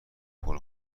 برو